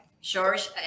George